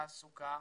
תעסוקה,